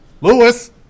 Lewis